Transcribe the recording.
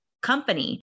company